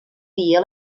dia